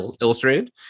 illustrated